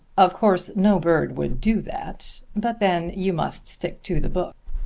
of course no bird would do that, but then you must stick to the book.